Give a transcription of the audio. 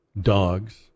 dogs